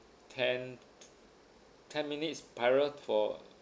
ten ten minutes prior for